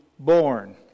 Born